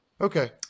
Okay